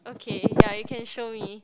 okay ya you can show me